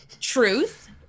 truth